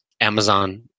Amazon